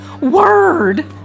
word